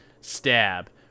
Stab